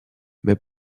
mais